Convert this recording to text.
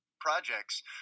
projects